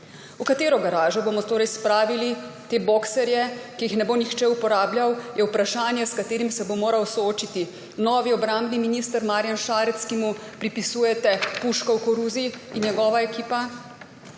V katero garažo bomo torej spravili te boxerje, ki jih ne bo nihče uporabljal, je vprašanje, s katerim se bosta morala soočiti novi obrambni minister Marjan Šarec, ki mu pripisujete puško v koruzi, in njegova ekipa.